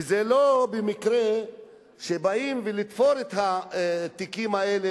וזה לא מקרה שבאים לתפור את התיקים האלה